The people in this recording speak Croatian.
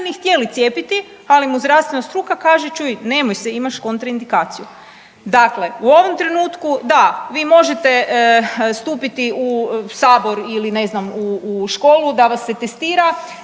htjeli cijepiti, ali mu zdravstvena struka kaže čuj nemoj se, imaš kontraindikaciju. Dakle, u ovom trenutku da, vi možete stupiti u sabor ili ne znam u školu da vas se testira,